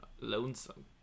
lonesome